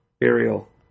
burial